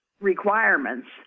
requirements